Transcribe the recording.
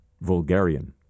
vulgarian